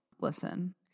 listen